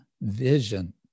vision